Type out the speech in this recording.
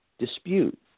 Dispute